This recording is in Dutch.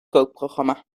kookprogramma